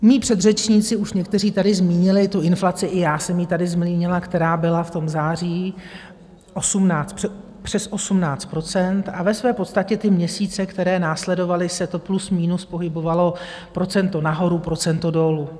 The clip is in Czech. Mí předřečníci už někteří tady zmínili tu inflaci, i já jsem ji tady zmínila, která byla v tom září přes 18 %, a ve své podstatě ty měsíce, které následovaly, se to plus minus pohybovalo procento nahoru, procento dolů.